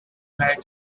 married